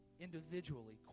individually